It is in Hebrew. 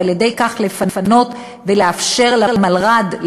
ועל-ידי כך לפנות ולאפשר למלר"ד,